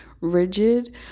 rigid